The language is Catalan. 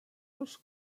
els